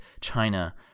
China